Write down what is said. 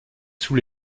sous